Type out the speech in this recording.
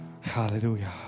Hallelujah